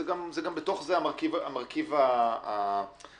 בתוך זה המרכיב האחריות.